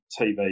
TV